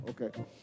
Okay